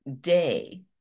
day